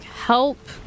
help